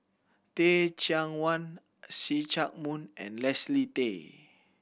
Teh Cheang Wan See Chak Mun and Leslie Tay